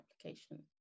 application